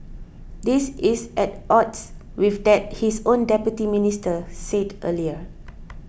this is at odds with that his own Deputy Minister said earlier